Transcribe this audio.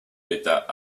better